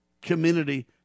community